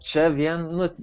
čia vien nu